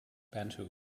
bantu